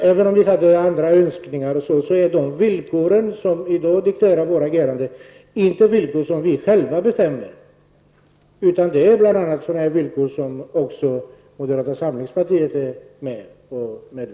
Även om vi hade andra önskningar är de villkor som i dag dikterar vårt agerande inte villkor som vi själva har satt upp, utan det är villkor som också moderata samlingspartiet medverkat till.